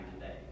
today